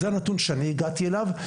זה הנתון שאני הגעתי אליו,